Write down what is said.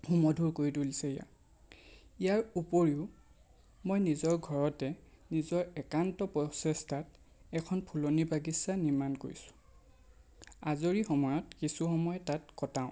সুমধুৰ কৰি তুলিছে ইয়াক ইয়াৰ উপৰিও মই নিজৰ ঘৰতে নিজৰ একান্ত প্ৰচেষ্টাত এখন ফুলনি বাগিচা নিৰ্মাণ কৰিছোঁ আজৰি সময়ত কিছু সময় তাত কটাওঁ